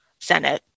Senate